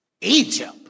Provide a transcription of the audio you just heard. Egypt